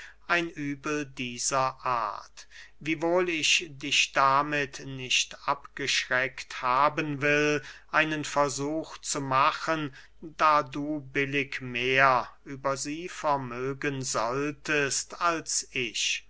ein übel dieser art wiewohl ich dich damit nicht abgeschreckt haben will einen versuch zu machen da du billig mehr über sie vermögen solltest als ich